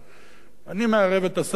אני מערב את השר אהרונוביץ,